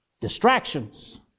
Distractions